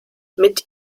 mit